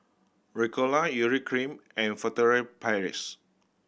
Ricola Urea Cream and Furtere Paris